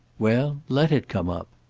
well, let it come up!